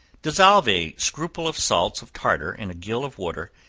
dissolve a scruple of salts of tartar in a gill of water,